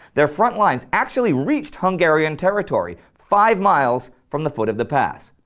their front lines actually reached hungarian territory, five miles from the foot of the pass.